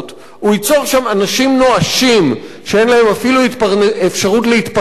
הוא ייצור שם אנשים נואשים שאין להם אפילו אפשרות להתפרנס,